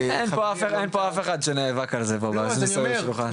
אין פה אף אחד שנאבק על זה מסביב לשולחן.